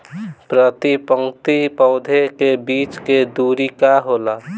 प्रति पंक्ति पौधे के बीच के दुरी का होला?